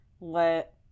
let